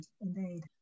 indeed